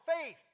faith